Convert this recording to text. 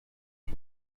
auf